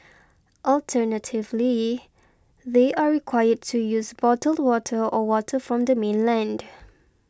alternatively they are required to use bottled water or water from the mainland